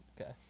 Okay